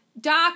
Doc